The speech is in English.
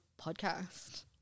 podcast